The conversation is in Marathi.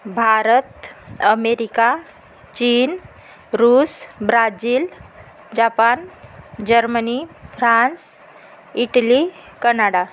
भारत अमेरिका चीन रूस Brazil Japan Germany France Italy Canada